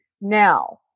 Now